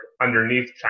underneath